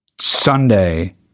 Sunday